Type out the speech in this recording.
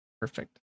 Perfect